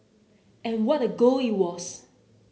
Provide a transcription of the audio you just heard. and what a goal it was